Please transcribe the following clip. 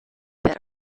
that